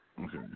Okay